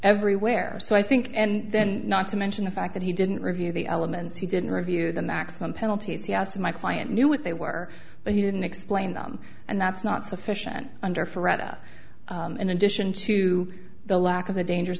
everywhere so i think and then not to mention the fact that he didn't review the elements he didn't review the maximum penalties he asked my client knew what they were but he didn't explain them and that's not sufficient under forever in addition to the lack of a dangerous